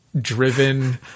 driven